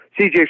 CJ